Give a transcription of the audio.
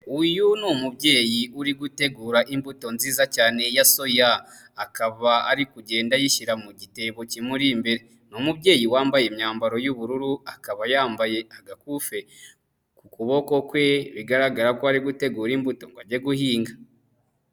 Uyu ni umubyeyi uri gutegura imbuto nziza cyane ya soya, akaba ari kugenda ayishyira mu gitebo kimuri imbere. Ni umubyeyi wambaye imyambaro y'ubururu akaba yambaye agakufi ku kuboko kwe, bigaragara ko ari gutegura imbuto ngo ajye guhinga.